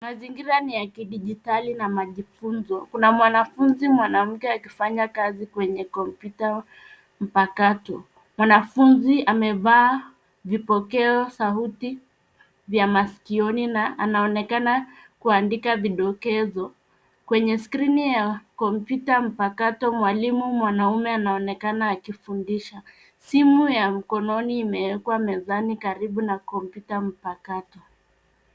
Mazingira ni ya kidijitali na majifunzo. Kuna mwanafunzi mwanamke akifanya kazi kwenye kompyuta mpakato. Mwanafunzi amevaa vipokeo sauti vya masikioni na anaonekana kuandika vidokezo. Kwenye skrini ya kompyuta mpakato mwalimu mwanamume anaonekana akifundisha. Simu imewekwa mezani karibu na kompyuta mpakato.